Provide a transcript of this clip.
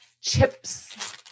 chips